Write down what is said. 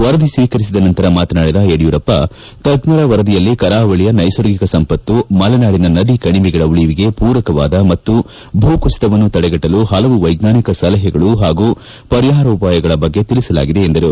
ವರದಿ ಸ್ವೀಕರಿಸಿದ ನಂತರ ಮಾತನಾಡಿದ ಯಡಿಯೂರಪ್ಪ ತಜ್ಜರ ವರದಿಯಲ್ಲಿ ಕರಾವಳಿಯ ನೈಸರ್ಗಿಕ ಸಂಪತ್ತು ಮಲೆನಾಡಿನ ನದಿ ಕಣಿವೆಗಳ ಉಳಿವಿಗೆ ಪೂರಕವಾದ ಮತ್ತು ಭೂ ಕುಸಿತವನ್ನು ತಡೆಗಟ್ಟಲು ಪಲವು ವೈಜ್ಞಾನಿಕ ಸಲಹೆಗಳು ಹಾಗೂ ಪರಿಹಾರೋಪಾಯಗಳ ಬಗ್ಗೆ ತಿಳಿಸಲಾಗಿದೆ ಎಂದರು